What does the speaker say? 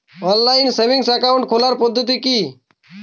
Online savings account খোলার পদ্ধতি কি?